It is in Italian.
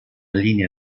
linea